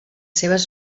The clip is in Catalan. seves